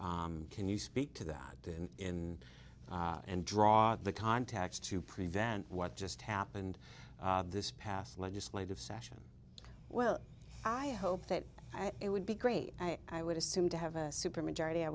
can you speak to that to him and draw the contacts to prevent what just happened this past legislative session well i hope that it would be great i would assume to have a supermajority i